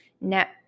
net